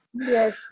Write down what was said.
Yes